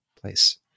place